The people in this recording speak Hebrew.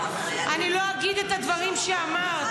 אני לא אגיד את הדברים שאמרת.